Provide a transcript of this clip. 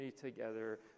Together